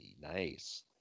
nice